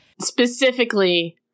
Specifically